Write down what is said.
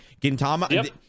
Gintama